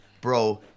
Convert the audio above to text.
bro